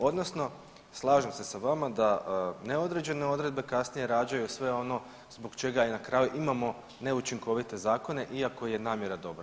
Odnosno, slažem se sa vama da neodređene odredbe kasnije rađaju sve ono zbog čega i na kraju imamo neučinovite zakone iako je namjera dobro.